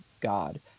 God